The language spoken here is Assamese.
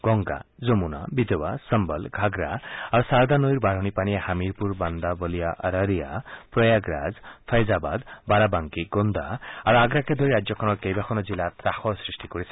গংগা যমুনা বেটৱা চম্বল ঘাগ্গা আৰু সাৰদা নৈৰ বাঢ়নী পানীয়ে হামিৰপুৰ বান্দা বলিয়া অৰৰিয়া প্ৰয়াগৰাজ ফয়জাবাদ বাৰাবাংকী গোণ্ডা আৰু আগ্ৰাকে ধৰি ৰাজ্যখনৰ কেইবাখনো জিলাত ত্ৰাসৰ সৃষ্টি কৰিছে